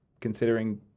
considering